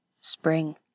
Spring